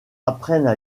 apprennent